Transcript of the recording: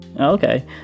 okay